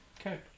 Okay